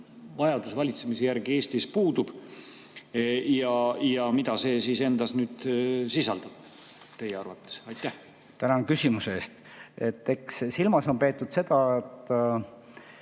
vajadus valitsemise järgi Eestis puudub, ja mida see endas sisaldab teie arvates? Tänan küsimuse eest! Eks silmas on peetud seda,